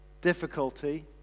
difficulty